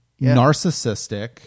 narcissistic